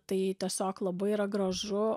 tai tiesiog labai yra gražu